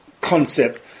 concept